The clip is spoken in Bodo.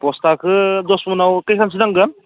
बस्थाखौ दस मनाव कैखानसो नांगोन